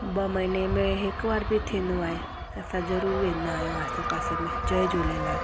ॿ महीने में हिक बार बि थींदो आहे त असां ज़रूरु वेंदा आहियूं आसे पासे में जय झूलेलाल